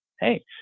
Hey